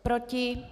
Proti?